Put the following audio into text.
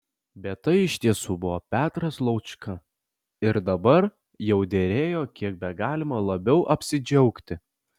bet tai iš tiesų buvo petras laučka ir dabar jau derėjo kiek begalima labiau apsidžiaugti